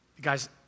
Guys